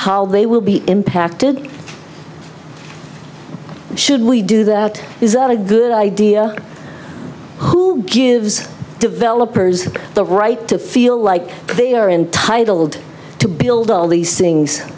how they will be impacted should we do that is that a good idea who gives developers the right to feel like they are entitled to build all these things